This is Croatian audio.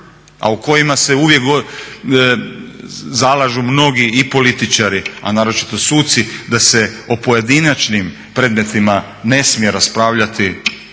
a u kojima se uvijek zalažu mnogi i političari, a naročito suci da se o pojedinačnim predmetima ne smije raspravljati,